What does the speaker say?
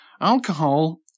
Alcohol